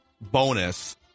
bonus